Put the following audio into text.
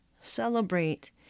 Celebrate